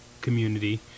community